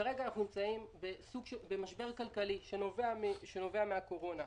כרגע אנחנו נמצאים במשבר כלכלי שנובע מן הקורונה.